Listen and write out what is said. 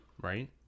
right